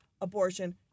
abortion